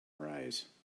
arise